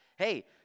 Hey